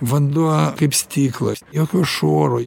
vanduo kaip stiklas jokio šuoro